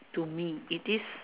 to me it is